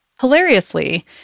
Hilariously